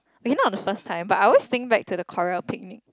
okay not the first time but I always think back to the corale picnic